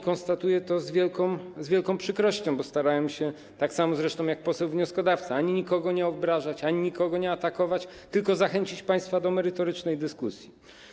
Konstatuję to z wielką przykrością, bo starałem się, tak samo zresztą jak poseł wnioskodawca, ani nikogo nie obrażać, ani nikogo nie atakować, tylko zachęcić państwa do merytorycznej dyskusji.